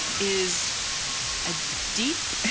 is a deep,